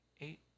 eight